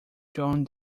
john